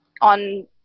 on